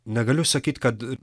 negaliu sakyt kad